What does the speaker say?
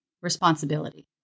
responsibility